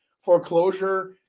foreclosure